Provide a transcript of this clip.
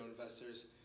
investors